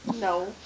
No